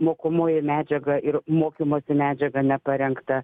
mokomoji medžiaga ir mokymosi medžiaga neparengta